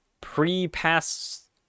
pre-pass